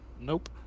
Nope